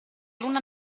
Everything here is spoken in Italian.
luna